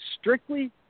strictly